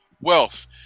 wealth